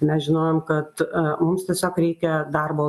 mes žinojom kad mums tiesiog reikia darbo